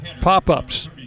pop-ups